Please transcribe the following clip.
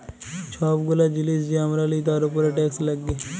ছব গুলা জিলিস যে আমরা লিই তার উপরে টেকস লাগ্যে